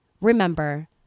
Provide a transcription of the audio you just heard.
remember